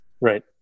Right